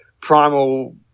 primal